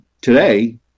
today